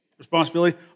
responsibility